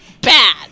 Bad